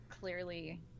clearly